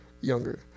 younger